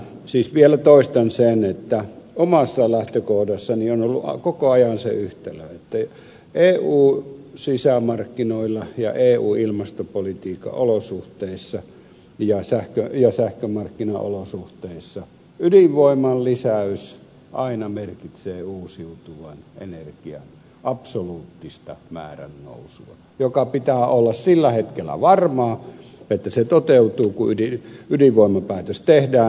siis vielä toistan sen että omassa lähtökohdassani on ollut koko ajan se yhtälö että eun sisämarkkinoilla ja eu ilmastopolitiikan olosuhteissa ja sähkömarkkinaolosuhteissa ydinvoiman lisäys aina merkitsee uusiutuvan energian määrän absoluuttista nousua joka pitää olla sillä hetkellä varmaa että se toteutuu kun ydinvoimapäätös tehdään